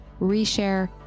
reshare